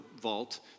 vault